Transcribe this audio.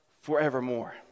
forevermore